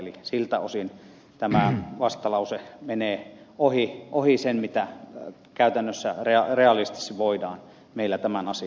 eli siltä osin tämä vastalause menee ohi sen mitä käytännössä realistisesti voidaan meillä tämän asian eteen tehdä